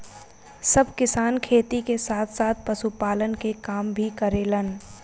सब किसान खेती के साथ साथ पशुपालन के काम भी करेलन